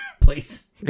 Please